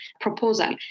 proposal